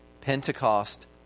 Pentecost